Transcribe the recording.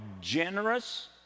generous